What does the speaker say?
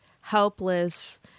helpless